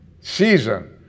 season